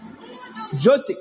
Joseph